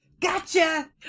gotcha